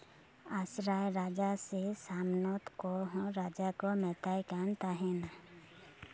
ᱟᱥᱨᱟᱭ ᱨᱟᱡᱟ ᱥᱮ ᱥᱟᱢᱱᱚᱛ ᱠᱚ ᱦᱚᱸ ᱨᱟᱡᱟ ᱠᱚ ᱢᱮᱛᱟᱭ ᱠᱟᱱ ᱛᱟᱦᱮᱱ